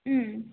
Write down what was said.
ಹ್ಞೂ